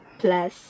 plus